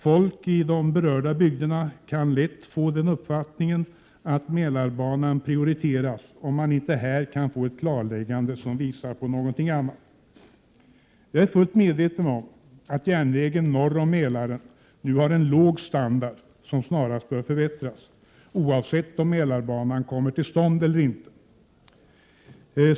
Folk i de berörda bygderna kan lätt få uppfattningen att Mälarbanan skall prioriteras, om vi inte här kan få ett klarläggande som visar någonting annat. Jag är fullt medveten om att järnvägen norr om Mälaren nu har en låg standard och snarast bör förbättras, oavsett om Mälarbanan kommer till stånd eller inte.